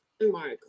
mark